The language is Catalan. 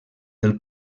del